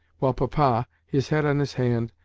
while papa, his head on his hand,